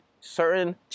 certain